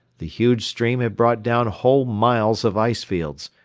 the huge stream had brought down whole miles of ice fields,